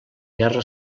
guerra